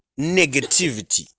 negativity